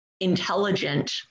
intelligent